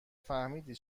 فهمیدی